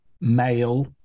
male